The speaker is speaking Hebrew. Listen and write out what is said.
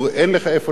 אין לך איפה לגור?